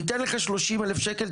ניתן לך 30,000 שקל,